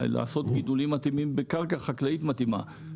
לעשות גידולים מתאימים בקרקע חקלאית מתאימה.